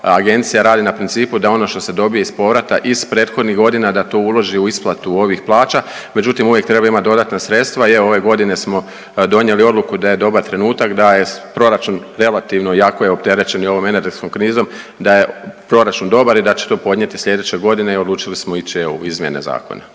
Agencija radi na principu da ono što se dobije iz povrata iz prethodnih godina da to uloži u isplatu ovih plaća, međutim, uvijek treba imati dodatna sredstva i evo, ove godine smo donijeli odluku da je dobar trenutak, da je proračun relativno jako je opterećen i ovom energetskom krizom, da je proračun dobar i da će to podnijeti sljedeće godine i odlučili smo ići evo u izmjene Zakona.